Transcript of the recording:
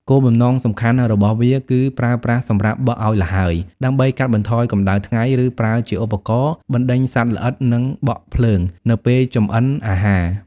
គោលបំណងសំខាន់របស់វាគឺប្រើប្រាស់សម្រាប់ បក់ឱ្យល្ហើយ ដើម្បីកាត់បន្ថយកម្ដៅថ្ងៃ ឬប្រើជាឧបករណ៍ បណ្ដេញសត្វល្អិត និង បក់ភ្លើង នៅពេលចម្អិនអាហារ។